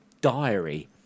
diary